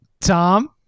Tom